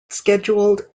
scheduled